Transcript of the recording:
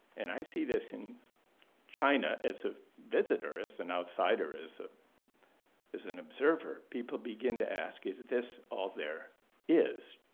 and i see this in china as a visitor as an outsider, as ah an observer. people begin to ask is this all there is?